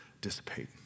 dissipate